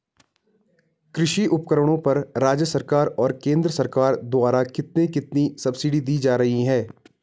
कृषि उपकरणों पर राज्य सरकार और केंद्र सरकार द्वारा कितनी कितनी सब्सिडी दी जा रही है?